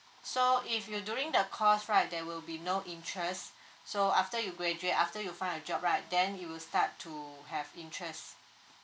so if you during the course right there will be no interest so after you graduate after you find a job right then it'll start to have interest